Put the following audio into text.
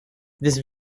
this